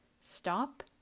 stop